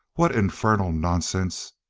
what infernal nonsense